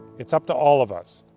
it's up to all of us.